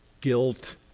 guilt